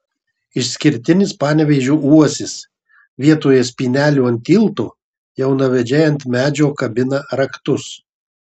išskirtinis panevėžio uosis vietoje spynelių ant tilto jaunavedžiai ant medžio kabina raktus